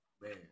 man